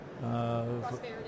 Prosperity